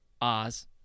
Oz